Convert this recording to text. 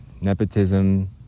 nepotism